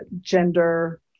gender